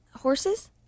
Horses